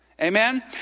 Amen